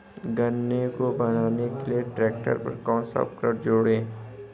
गन्ने को बोने के लिये ट्रैक्टर पर कौन सा उपकरण जोड़ें?